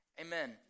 Amen